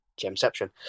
Gemception